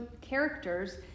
characters